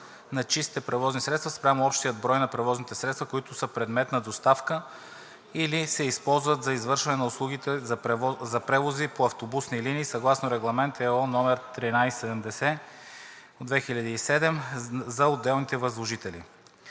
на чистите превозни средства спрямо общия брой на превозните средства, които са предмет на доставка, или се използват за извършване на услугите за превози по автобусни линии съгласно Регламент (ЕО) № 1370/2007 за отделните възложители.